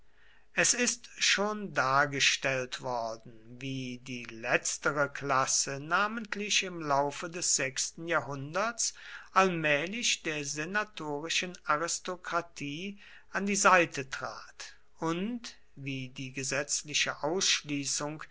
es ist schon dargestellt worden wie die letztere klasse namentlich im laufe des sechsten jahrhunderts allmählich der senatorischen aristokratie an die seite trat und wie die gesetzliche ausschließung